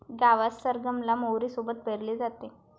गावात सरगम ला मोहरी सोबत पेरले जाते